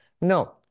No